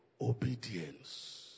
obedience